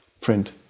print